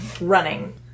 running